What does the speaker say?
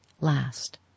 last